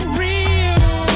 real